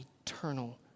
eternal